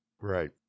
Right